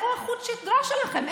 איפה חוט השדרה שלכם?